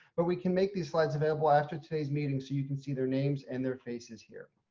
but we can make these slides available after today's meeting. so you can see their names and their faces here.